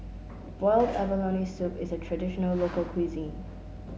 Boiled Abalone Soup is a traditional local cuisine